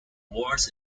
wars